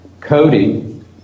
coding